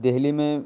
دہلی میں